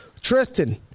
tristan